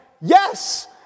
yes